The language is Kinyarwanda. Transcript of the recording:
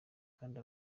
kandi